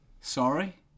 Sorry